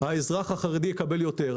האזרח החרדי יקבל יותר.